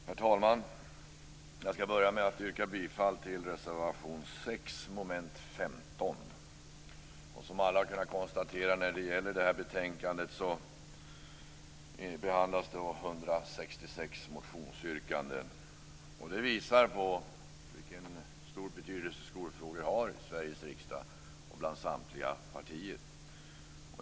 Herr talman! Jag skall börja med att yrka bifall till reservation 6 under mom. 15. Som alla har kunnat konstatera när det gäller det här betänkandet behandlas 166 motionsyrkanden. Det visar på vilken stor betydelse skolfrågor har i Sveriges riksdag och bland samtliga partier.